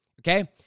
okay